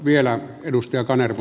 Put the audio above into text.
vielä edustaja kanerva